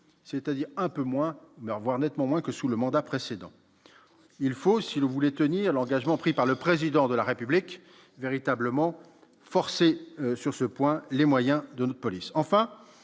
c'est-à-dire un peu moins mais revoir nettement moins que sous le mandat précédent, il faut s'il voulait tenir l'engagement pris par le président de la République véritablement forcé sur ce point, les moyens de notre police,